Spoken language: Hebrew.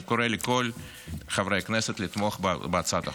אני קורא לכל חברי הכנסת לתמוך בהצעת החוק.